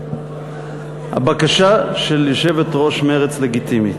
הבקשה של יושבת-ראש מרצ לגיטימית.